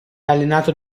allenato